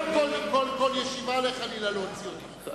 אתה לא יכול, כל ישיבה חלילה להוציא אותך.